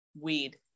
weed